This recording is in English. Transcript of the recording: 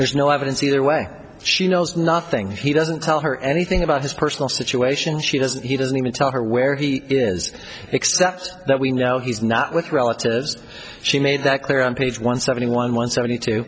there's no evidence either way she knows nothing he doesn't tell her anything about his personal situation she doesn't he doesn't even tell her where he is except that we now he's not with relatives she made that clear on page one seventy one one seventy two